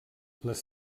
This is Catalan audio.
les